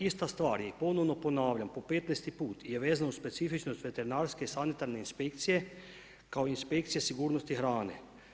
Ista stvar je i ponovno ponavlja, po 15-ti put, je vezano uz specifičnosti veterinarske i sanitarne inspekcije kao inspekcije sigurnosti hrane.